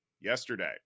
yesterday